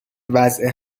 وضع